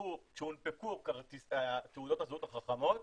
כשהונפקו תעודות הזהות החכמות